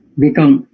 become